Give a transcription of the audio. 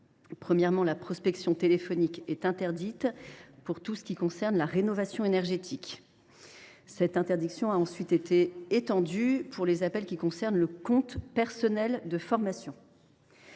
Premièrement, la prospection téléphonique a été interdite pour tout ce qui concerne la rénovation énergétique. Cette interdiction a ensuite été étendue aux appels relatifs au compte personnel de formation.